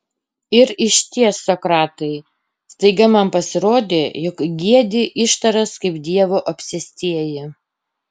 ir išties sokratai staiga man pasirodė jog giedi ištaras kaip dievo apsėstieji